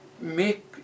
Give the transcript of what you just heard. make